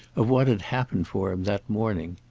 of what had happened for him that morning.